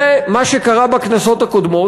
זה מה שקרה בכנסות הקודמות.